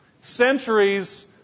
centuries